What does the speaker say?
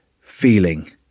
feeling